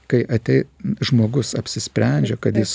kai atei žmogus apsisprendžia kad jis